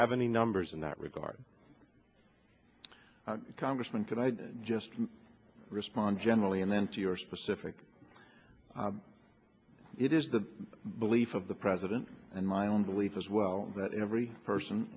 have any numbers in that regard congressman can i just respond generally and then to your specific it is the belief of the president and my own belief as well that every person